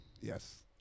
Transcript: Yes